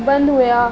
बंदि हुआ